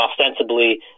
ostensibly